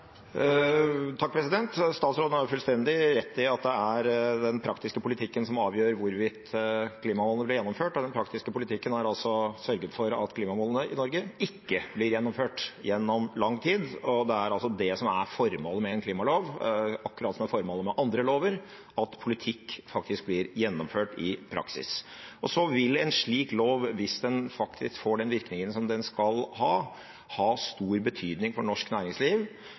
Statsråden har fullstendig rett i at det er den praktiske politikken som avgjør hvorvidt klimamålene blir gjennomført, og den praktiske politikken har altså sørget for at klimamålene i Norge ikke blir gjennomført, gjennom lang tid. Det er det som er formålet med en klimalov, akkurat som det er formålet med andre lover, at politikk faktisk blir gjennomført i praksis. Så vil en slik lov, hvis den får den virkningen som den skal ha, ha stor betydning for norsk næringsliv